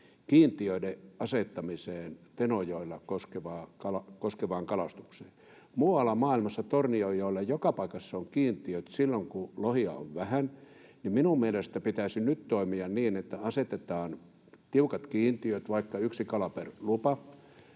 kiintiöiden asettamiseen Tenojoen kalastukseen. Muualla maailmassa, Tornionjoella, joka paikassa, on kiintiöt silloin, kun lohia on vähän. Minun mielestäni pitäisi nyt toimia niin, että asetetaan tiukat kiintiöt, vaikka yksi kala per lupa,